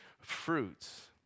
fruits